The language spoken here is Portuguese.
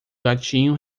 gatinho